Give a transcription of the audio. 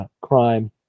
crime